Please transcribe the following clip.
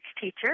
teacher